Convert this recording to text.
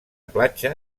platja